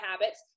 habits